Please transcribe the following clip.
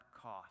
cost